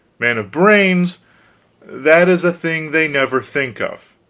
man of brains that is a thing they never think of.